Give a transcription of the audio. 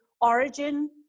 origin